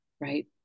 Right